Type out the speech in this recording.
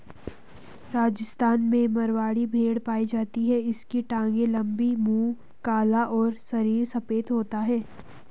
राजस्थान में मारवाड़ी भेड़ पाई जाती है इसकी टांगे लंबी, मुंह काला और शरीर सफेद होता है